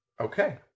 Okay